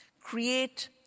create